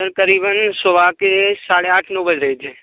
sir करीबन सुबह के साढ़े आठ नौ बज रहे थे